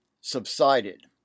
subsided